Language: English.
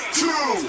two